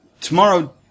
Tomorrow